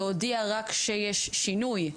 להודיע רק כשיש שינוי,